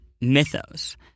mythos